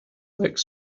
like